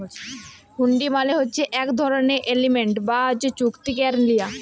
হুল্ডি মালে হছে ইক ধরলের এগ্রিমেল্ট বা চুক্তি ক্যারে লিয়া